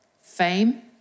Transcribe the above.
fame